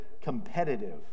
competitive